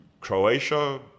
croatia